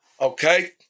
okay